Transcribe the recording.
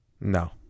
No